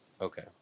okay